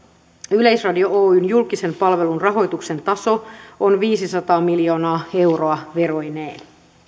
yleisradio oyn julkisen palvelun rahoituksen taso on viisisataa miljoonaa euroa veroineen